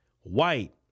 white